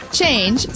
change